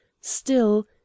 Still